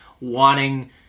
wanting